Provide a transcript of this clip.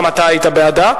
גם אתה היית בעדה,